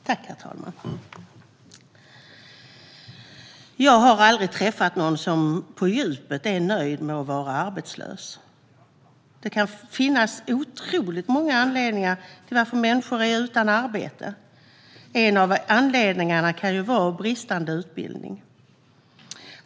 Herr talman! Jag har aldrig träffat någon som på djupet är nöjd med att vara arbetslös. Det kan finnas otroligt många anledningar till att människor är utan arbete, och en av dessa kan vara bristande utbildning.